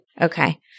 Okay